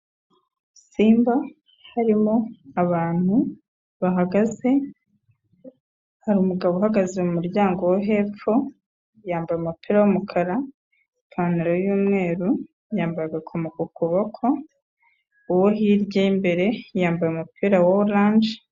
Simba harimo abantu bahagaze, hari umugabo uhagaze mu muryango wo hepfo, yambaye umupira w'umukara ipantaro y'umweru, yambaye agakomo ku kuboko, uwo hirya ye imbere yambaye umupira wa oranje...